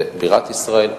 זה בירת ישראל.